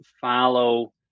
follow